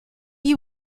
you